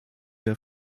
der